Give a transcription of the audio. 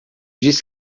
disse